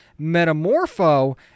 Metamorpho